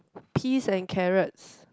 peas and carrots